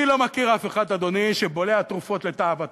אני לא מכיר אף אחד, אדוני, שבולע תרופות לתאוותו,